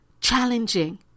challenging